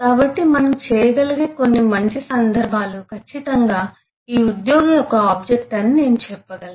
కాబట్టి మనం చేయగలిగే కొన్ని మంచి సందర్భాలు ఖచ్చితంగా ఈ ఉద్యోగి ఒక ఆబ్జెక్ట్ అని నేను చెప్పగలను